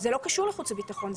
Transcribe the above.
זה לא קשור בחוץ וביטחון.